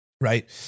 Right